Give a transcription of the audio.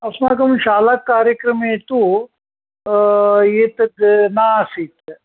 अस्माकं शालाकार्यक्रमे तु एतद् न आसीत्